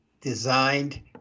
designed